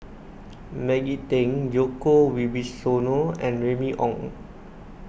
Maggie Teng Djoko Wibisono and Remy Ong